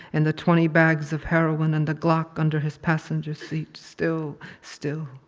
and the twenty bags of heroin and the glock under his passenger seat. still, still.